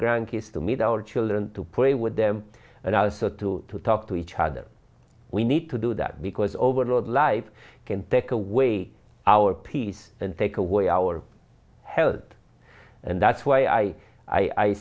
grandkids to meet our children to pray with them and also to to talk to each other we need to do that because overload life can take away our peace and take away our health and that's why i